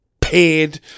paid